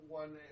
one